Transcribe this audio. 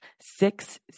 six